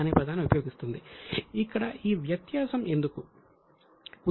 ఇక్కడ ఈ వ్యత్యాసం ఎందుకు ఉంది